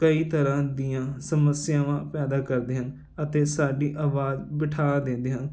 ਕਈ ਤਰ੍ਹਾਂ ਦੀਆਂ ਸਮੱਸਿਆਵਾਂ ਪੈਦਾ ਕਰਦੇ ਹਨ ਅਤੇ ਸਾਡੀ ਆਵਾਜ਼ ਬਿਠਾ ਦਿੰਦੇ ਹਨ